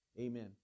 Amen